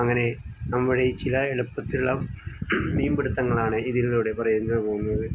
അങ്ങനെ നമ്മുടെ ചില എളുപ്പത്തിലുള്ള മീൻ പിടുത്തങ്ങളാണ് ഇതിലൂടെ പറയുന്നത് പോകുന്നത്